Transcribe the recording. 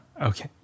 Okay